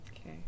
Okay